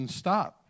stop